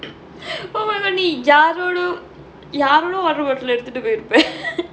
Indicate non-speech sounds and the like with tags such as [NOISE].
oh my god நீ யாரோட யாரோட:nee yaaroda yaaroda water bottle எடுத்துட்டு பார்ப்பே:eduthuttu paarppae [LAUGHS]